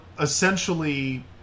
essentially